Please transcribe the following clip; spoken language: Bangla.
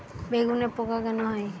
বেগুনে পোকা কেন হয়?